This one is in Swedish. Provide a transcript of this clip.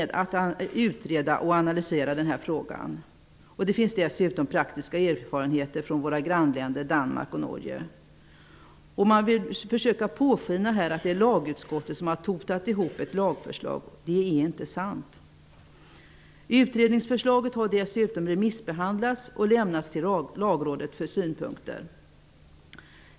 Dessutom finns det praktiska erfarenheter från våra grannländer Man försöker påskina att lagutskottet har totat ihop ett lagförslag. Det är inte sant. Utredningsförslaget har dessutom remissbehandlats och lämnats till Lagrådet för synpunkter.